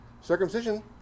Circumcision